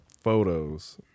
photos